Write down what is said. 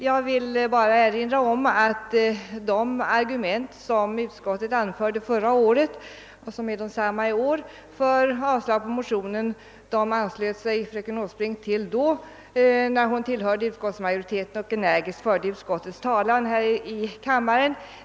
Jag vill bara erinra om att de argument som utskottet anförde förra året — och som återkommer i år — för avslag på motionen anslöt sig fröken Åsbrink till. Hon tillhörde då utskottsmajoriteten och förde energiskt utskottets talan här i kammaren.